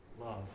love